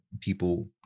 people